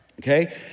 okay